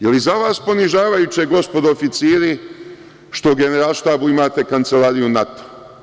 Da li je za vas ponižavajuće, gospodo oficiri, što u Generalštabu imate Kancelariju NATO?